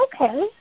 okay